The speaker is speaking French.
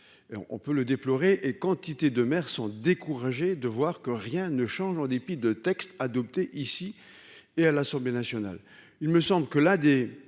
on peut le déplorer et quantité de mer sont découragés de voir que rien ne change, en dépit de texte adopté ici et à l'Assemblée nationale, il me semble que là